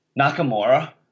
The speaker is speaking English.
Nakamura